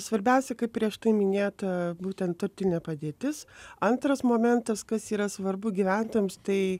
svarbiausia kaip prieš tai minėta būtent turtinė padėtis antras momentas kas yra svarbu gyventojams tai